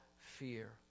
fear